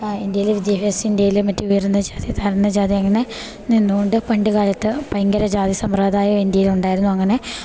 ഇന്ത്യയിലെ വിദ്യാഭ്യാസം ഇന്ത്യയില് മറ്റുയർന്ന ജാതി താഴ്ന്ന ജാതിയങ്ങനെ നിന്നുകൊണ്ട് പണ്ട്കാലത്ത് ഭയങ്കര ജാതിസമ്പ്രദായം ഇന്ത്യയിലൊണ്ടാര്ന്നു അങ്ങനെ